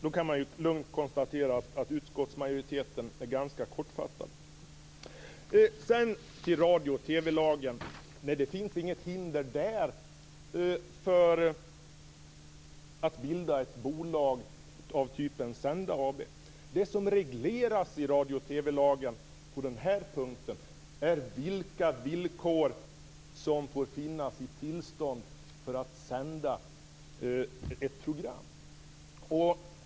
Då kan man lugnt konstatera att utskottsmajoriteten är ganska kortfattad. Sedan till radio och TV-lagen. Nej, det finns inget hinder där för att bilda ett bolag av typen Senda AB. Det som regleras i radio och TV-lagen på den här punkten är vilka villkor som får finnas i tillstånd för att sända ett program.